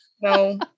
no